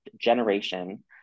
generation